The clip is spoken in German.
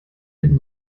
den